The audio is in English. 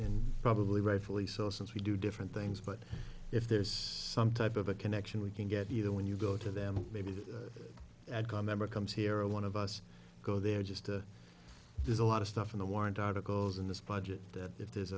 and probably rightfully so since we do different things but if there's some type of a connection we can get you know when you go to them maybe the member comes here a one of us go there just there's a lot of stuff in the wind articles in this budget that if there's